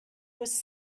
was